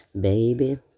baby